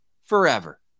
forever